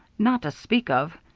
not to speak of.